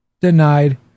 denied